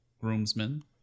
groomsmen